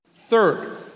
Third